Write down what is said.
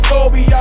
Kobe